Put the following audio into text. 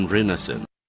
Renaissance